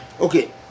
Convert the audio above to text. Okay